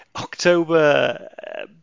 October